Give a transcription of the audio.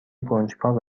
کنجکاو